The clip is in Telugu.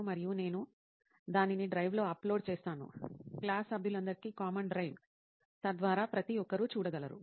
మరియు నేను దానిని డ్రైవ్లో అప్లోడ్ చేస్తాను క్లాస్ సభ్యులందరికీ కామన్ డ్రైవ్ తద్వారా ప్రతి ఒక్కరూ చూడగలరు